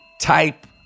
type